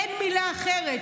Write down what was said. אין מילה אחרת,